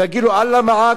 תגיד לו "אללה מעכּ,